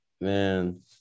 man